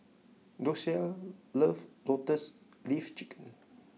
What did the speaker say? Dosia loves Lotus Leaf Chicken